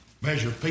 Measure